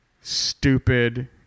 stupid